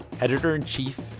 Editor-in-Chief